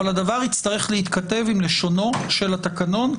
אבל הדבר יצטרך להתכתב עם לשונו של התקנון,